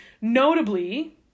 Notably